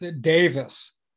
Davis